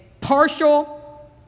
partial